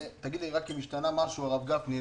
תגיד לי רק אם השתנה משהו הרב גפני,